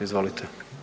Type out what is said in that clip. Izvolite.